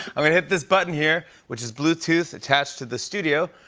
i mean hit this button here, which is bluetooth attached to the studio,